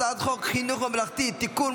הצעת חוק חינוך ממלכתי (תיקון,